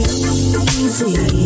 easy